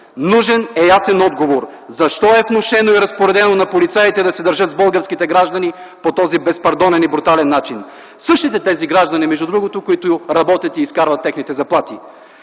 Нужен е ясен отговор: защо е внушено и разпоредено на полицаите да се държат с българските граждани по този безпардонен и брутален начин? Същите тези граждани между другото, които работят и изкарват техните заплати.